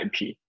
IP